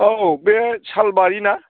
औ बे सालबारि ना